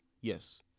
Yes